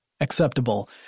Acceptable